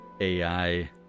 AI